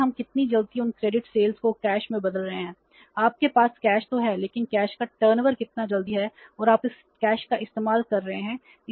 लेकिन हम कितनी जल्दी उन क्रेडिट सेल्स को कैश में बदल रहे हैं आपके पास कैश तो है लेकिन कैश का टर्नओवर कितनी जल्दी है और आप इस कैश का इस्तेमाल कर रहे हैं